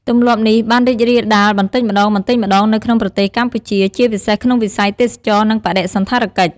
ទម្លាប់នេះបានរីករាលដាលបន្តិចម្ដងៗនៅក្នុងប្រទេសកម្ពុជា ជាពិសេសក្នុងវិស័យទេសចរណ៍ និងបដិសណ្ឋារកិច្ច។